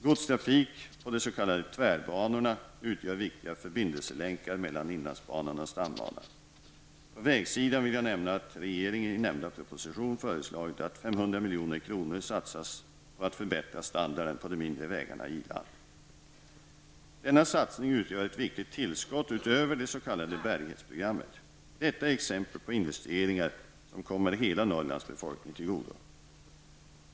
Godstrafik på de s.k. tvärbanorna utgör viktiga förbindelselänkar mellan inlandsbanan och stambanan. På vägsidan vill jag nämna att regeringen i nämnda proposition föreslagit att 500 milj.kr. satsas på att förbättra standarden på de mindre vägarna i landet. Denna satsning utgör ett viktgit tillskott utöver det s.k. bärighetsprogrammet. Detta är exempel på investeringar som kommer hela Norrlands befolkning till godo.